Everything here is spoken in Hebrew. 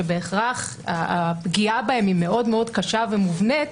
שבהכרח הפגיעה בהם היא מאוד מאוד קשה ומובנית,